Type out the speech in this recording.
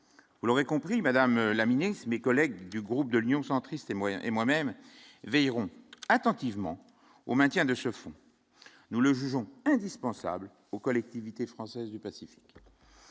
vous l'aurez compris madame laminé, mes collègues du groupe de l'Union centriste et moyens et moi-même veillerons attentivement au maintien de ce fonds, nous le jugeons indispensable aux collectivités françaises du Pacifique,